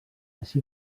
així